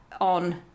on